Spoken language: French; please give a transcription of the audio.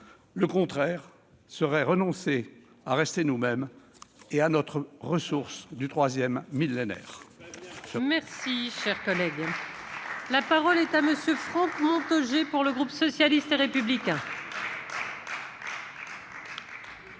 le contraire serait renoncer à rester nous-mêmes et à notre ressource du troisième millénaire